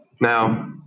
Now